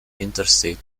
interstate